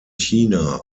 china